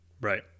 Right